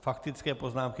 Faktické poznámky.